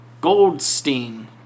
Goldstein